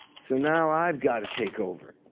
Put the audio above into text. so now i've got to take over.